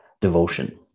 devotion